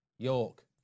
York